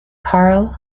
karl